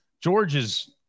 George's